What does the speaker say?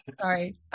Sorry